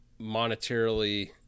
monetarily